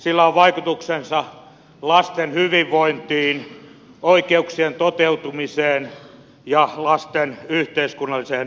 sillä on vaikutuksensa lasten hyvinvointiin oikeuksien toteutumiseen ja lasten yhteiskunnalliseen asemaan